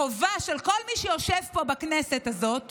החובה של כל מי שיושב פה בכנסת הזאת